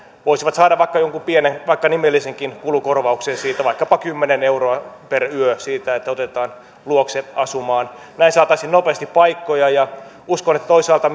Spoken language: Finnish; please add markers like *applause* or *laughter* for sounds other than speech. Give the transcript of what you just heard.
voisivat saada vaikka jonkun pienen vaikka nimellisenkin kulukorvauksen siitä vaikkapa kymmenen euroa per yö että otetaan luokse asumaan näin saataisiin nopeasti paikkoja ja uskon että toisaalta *unintelligible*